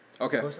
Okay